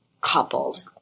coupled